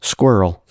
Squirrel